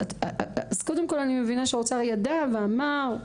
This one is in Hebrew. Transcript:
אני מבינה שהאוצר ידע ואמר,